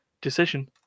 decision